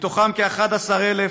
מהם כ-11,000